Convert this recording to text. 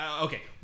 Okay